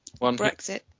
Brexit